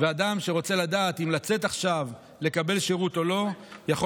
אדם שרוצה לדעת אם לצאת עכשיו לקבל שירות או לא יכול